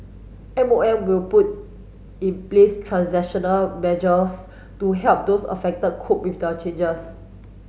M O M will put in place transactional measures to help those affected cope with the changes